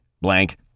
Blank